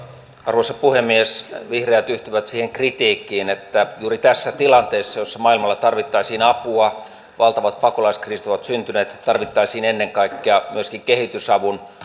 arvoisa puhemies vihreät yhtyvät siihen kritiikkiin että juuri tässä tilanteessa jossa maailmalla tarvittaisiin apua valtavat pakolaiskriisit ovat syntyneet tarvittaisiin ennen kaikkea myöskin kehitysavun